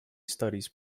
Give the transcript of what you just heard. studies